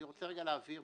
אני רוצה להבהיר.